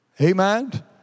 Amen